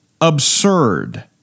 absurd